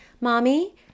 mommy